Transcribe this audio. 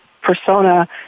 persona